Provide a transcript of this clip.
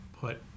put